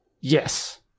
Yes